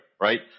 right